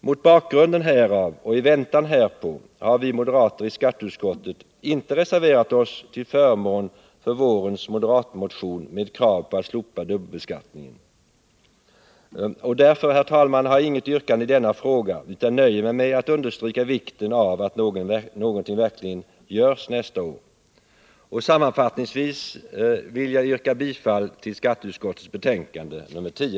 Mot bakgrunden härav och i väntan härpå har vi moderater i skatteutskottet inte reserverat oss till förmån för vårens moderatmotion med krav på att slopa dubbelbeskattningen. Därför, herr talman, har jag inget särskilt yrkande i denna fråga. Jag nöjer mig med att understryka vikten av att något verkligen görs nästa år och yrkar bifall till skatteutskottets hemställan i dess betänkande nr 10.